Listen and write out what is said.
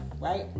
right